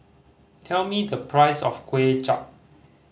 tell me the price of Kuay Chap